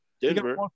Denver